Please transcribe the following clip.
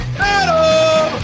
Adam